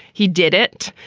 he did it.